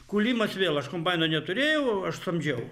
kūlimas vėl aš kombaino neturėjau aš samdžiau